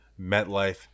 MetLife